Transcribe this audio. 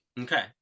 Okay